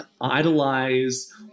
idolize